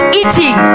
eating